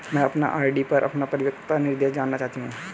मैं अपनी आर.डी पर अपना परिपक्वता निर्देश जानना चाहती हूँ